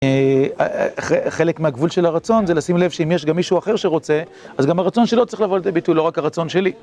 חלק מהגבול של הרצון זה לשים לב שאם יש גם מישהו אחר שרוצה אז גם הרצון שלו צריך לבוא לתת ביטוי, לא רק הרצון שלי